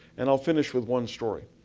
and i'll finish with one story.